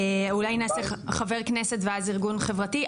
אולי נעשה חבר כנסת ואז ארגון חברתי.